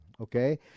okay